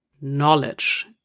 knowledge